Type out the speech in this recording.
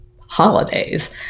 holidays